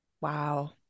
Wow